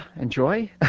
Enjoy